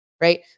right